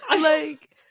Like-